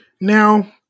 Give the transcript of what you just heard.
Now